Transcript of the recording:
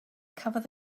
cafodd